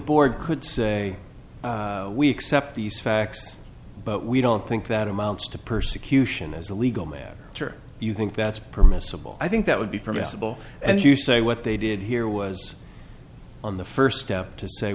board could say we accept these facts but we don't think that amounts to persecution as a legal matter you think that's permissible i think that would be permissible and you say what they did here was on the first step to say